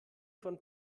von